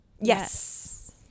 Yes